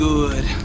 Good